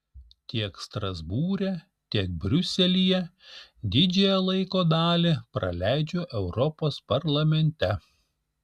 tiek strasbūre tiek briuselyje didžiąją laiko dalį praleidžiu europos parlamente